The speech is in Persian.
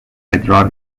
ادرار